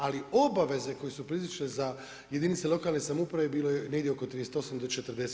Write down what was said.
Ali obaveze koje su proizašle za jedinice lokalne samouprave bilo je negdje oko 38 do 40.